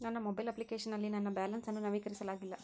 ನನ್ನ mobile application ನಲ್ಲಿ ನನ್ನ ಬ್ಯಾಲೆನ್ಸ್ ಅನ್ನು ನವೀಕರಿಸಲಾಗಿಲ್ಲ